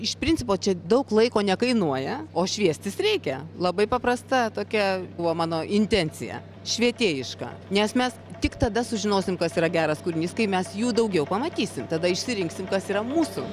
iš principo čia daug laiko nekainuoja o šviestis reikia labai paprasta tokia buvo mano intencija švietėjiška nes mes tik tada sužinosime kas yra geras kūrinys kai mes jų daugiau pamatysim tada išsirinksim kas yra mūsų